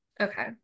okay